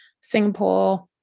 Singapore